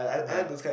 ya